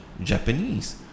Japanese